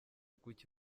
kuki